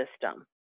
system